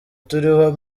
turiho